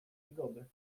zgody